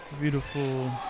beautiful